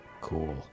cool